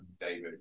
David